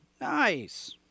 Nice